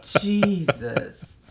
jesus